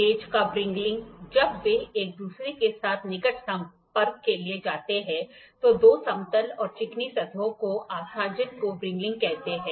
slip gauge का wringing जब वे एक दूसरे के साथ निकट संपर्क में लाए जाते हैं तो दो समतल और चिकनी सतहों के आसंजन को व्रिंगिंग कहते है